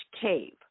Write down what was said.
cave